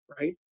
right